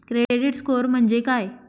Credit score म्हणजे काय?